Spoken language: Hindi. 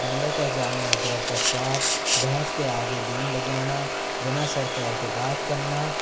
बंदर क्या जाने अदरक का स्वाद भैंस के आगे बीन बजाना बिना सिर पैर के बात करना